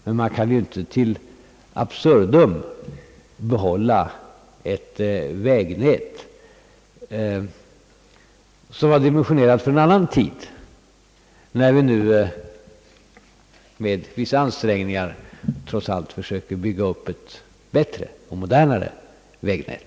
Men man kan inte in absurdum behålla ett vägnät som varit dimensionerat för en annan tid när man nu med vissa ansträngningar trots allt försöker bygga upp ett bättre och modernare vägnät.